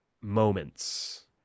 moments